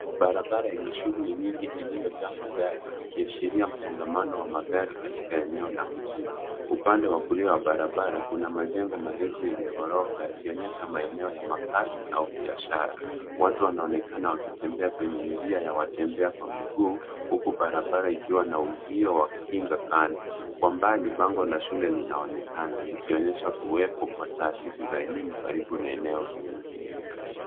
Barabara yenye shughuli nyingi iliyojaa magari ikiashiria msongomano wa magari katika eneo la mjini. Upande wa kulia wa barabara kuna majengo marefu yenye ghorofa yakionyesha maeneo ya makaazi au biashara. Watu wanaonekana wakitembea kwenye njia ya watembea kwa miguu huku barabara ikiwa na uzio wa kukinga kando. Kwa mbali bango la shule linaonekana likionyesha kuwepo kwa taasisi za elimu karibu na eneo hilo.